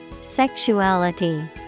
Sexuality